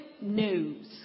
news